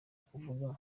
kuvuga